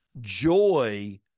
Joy